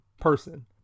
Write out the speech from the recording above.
person